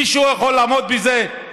מישהו יכול לעמוד בזה?